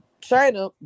China